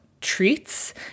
treats